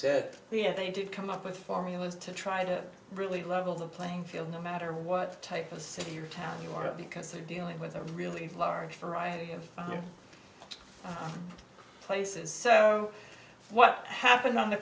said we have they do come up with formulas to try to really level the playing field no matter what type of city or town you are because they're dealing with a really large variety of places so what happened on the